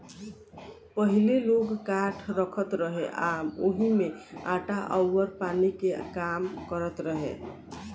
पहिले लोग काठ रखत रहे आ ओही में आटा अउर पानी के काम करत रहे